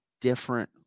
different